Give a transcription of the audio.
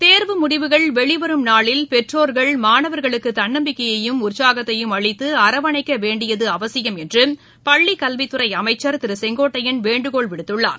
தேர்வு முடிவுகள் வெளிவரும் நாளில் பெற்றோர்கள் மாணவர்களுக்கு தன்னம்பிக்கையையும் உற்சாகத்தையும் அளித்து அரவணைக்க வேண்டியது அவசியம் என்று பள்ளிக் கல்வித்துறை அமைச்சர் திரு செங்கோட்டையன் வேண்டுகோள் விடுத்துள்ளார்